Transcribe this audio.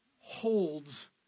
holds